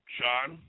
Sean